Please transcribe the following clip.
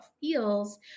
feels